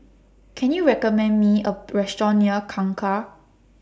Can YOU recommend Me A Restaurant near Kangkar